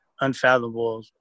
unfathomable